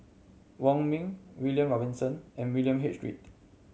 Wong Ming William Robinson and William H Read